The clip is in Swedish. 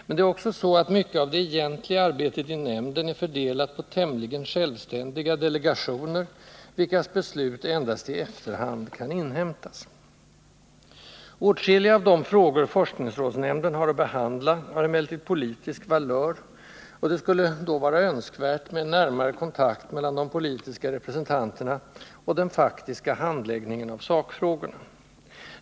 Men det är också så, att mycket av det egentliga arbetet i nämnden är fördelat på tämligen självständiga delegationer, vilkas beslut endast i efterhand kan inhämtas. Åtskilliga av de frågor forskningsrådsnämnden har att behandla har emellertid politisk valör, och det skulle då vara önskvärt med en närmare kontakt mellan de politiska representanterna och dem som sköter den faktiska handläggningen av sakfrågorna.